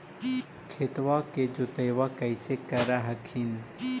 खेतबा के जोतय्बा कैसे कर हखिन?